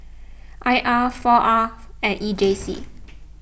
I R four R and E J C